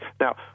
Now